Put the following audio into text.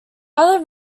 other